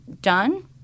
done